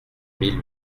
mille